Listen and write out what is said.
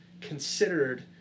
considered